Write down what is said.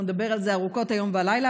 ואנחנו עוד נדבר על זה ארוכות היום והלילה,